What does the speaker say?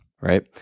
right